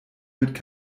mit